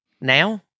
Now